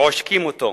עושקים אותו,